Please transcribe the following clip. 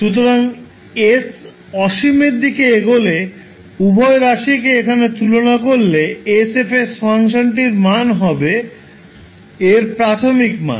সুতরাং s অসীমের দিকে এগোলে উভয় রাশিকে এখানে তুলনা করলে 𝑠𝐹𝑠 ফাংশনটির মান হবে এর প্রাথমিক মান